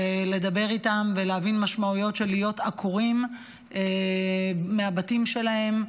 שלדבר איתם ולהבין משמעויות של להיות עקורים מהבתים שלהם,